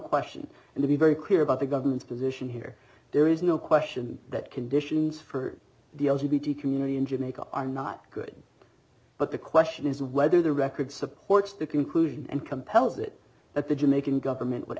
question and to be very clear about the government's position here there is no question that conditions for the community in jamaica are not good but the question is whether the record supports the conclusion and compels it that the jamaican government would